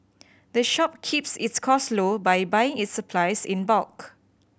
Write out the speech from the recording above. the shop keeps its cost low by buying its supplies in bulk